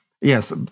yes